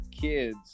kids